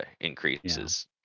increases